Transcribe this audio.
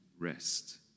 rest